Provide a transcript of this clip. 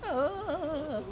oh